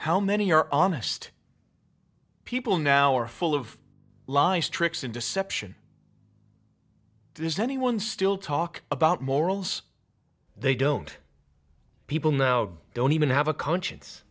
how many are honest people now are full of lies tricks and deception does anyone still talk about morals they don't people now don't even have a conscience